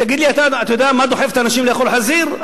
תגיד לי, אתה יודע מה דוחף את האנשים לאכול חזיר?